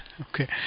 Okay